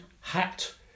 hat